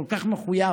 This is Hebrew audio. כל כך מחויב,